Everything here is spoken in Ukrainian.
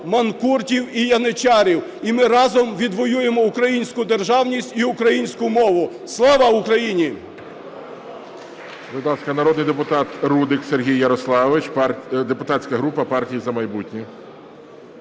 манкуртів і яничарів, і ми разом відвоюємо українську державність і українську мову. Слава Україні!